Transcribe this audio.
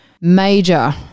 major